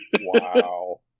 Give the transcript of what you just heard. Wow